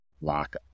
lock